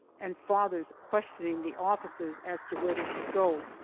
and fathers questioning the officers as to where they should go.